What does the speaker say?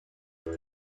this